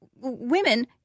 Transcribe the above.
women